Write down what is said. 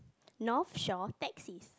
North Shore taxis